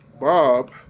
Bob